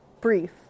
brief